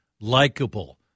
likable